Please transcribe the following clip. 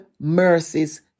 mercies